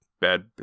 bad